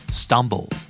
stumble